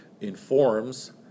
informs